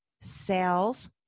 sales